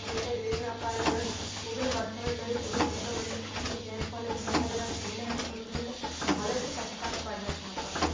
ಉದುರುತ್ತಾ ಇದ್ದವು ಏನಪ್ಪ ಇದು ನನ್ನ ಕೂದಲು ಬರ್ತವೋ ಇಲ್ವೋ ಈ ಕೂದಲು ಉದ್ರುತಾವೆ ಇಲ್ವೋ ಈ ಹೇರ್ಫಾಲ್ ಇದು ಹೆಂಗಿದೆ ನಾನು ಸುಮ್ಮನೆ ಹಚ್ಕೊಂಡು ಬಹಳಷ್ಟು ಪಶ್ಚಾತ್ತಾಪ ಪಡ್ಲತ್ನಪ್ಪ